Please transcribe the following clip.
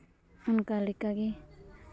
ᱚᱱᱠᱟ ᱞᱮᱠᱟᱜᱮ